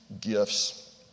gifts